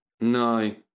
No